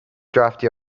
drafty